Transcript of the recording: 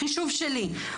החישוב שלי.